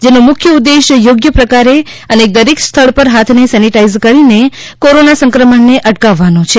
જેનો મુખ્ય ઉદ્દેશ યોગ્ય પ્રકારે અને દરેક સ્થળ પર હાથને સેનિટાઈઝ કરીને કોરોના સંક્રમણને અટકાવવાનો છે